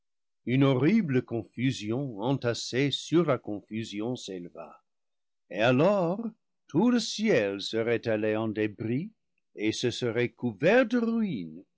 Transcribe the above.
une hor rible confusion entassée sur la confusion s'éleva et alors tout le ciel serait allé en débris et se serait couvert de ruines